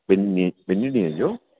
ॿिनि ॿिनी ॾींहनि जो